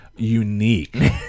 unique